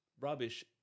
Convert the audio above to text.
rubbish